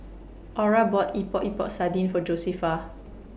Aura bought Epok Epok Sardin For Josefa